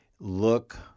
Look